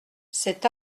cet